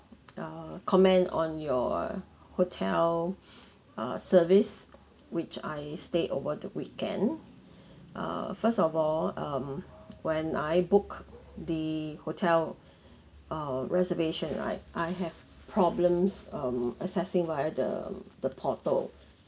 ah comment on your hotel uh service which I stayed over the weekend uh first of all um when I book the hotel uh reservations right I have problems um assessing via the the portal